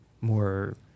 more